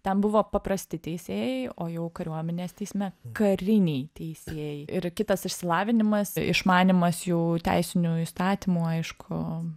ten buvo paprasti teisėjai o jau kariuomenės teisme kariniai teisėjai ir kitas išsilavinimas išmanymas jų teisinių įstatymų aišku